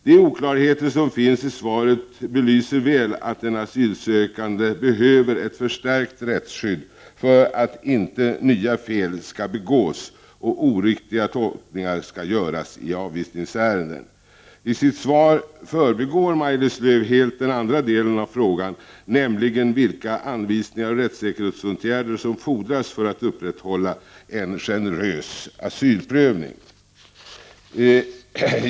De oklarheter som finns i svaret belyser väl att den asylsökande behöver ett förstärkt rättsskydd för att inte nya fel skall begås och oriktiga tolkningar skall göras i avvisningsärenden. I sitt svar förbigår Maj-Lis Lööw helt den andra delen av frågan, nämligen vilka anvisningar och rättssäkerhetsåtgärder som fordras för att upprätthålla en generös asylprövning.